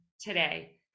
today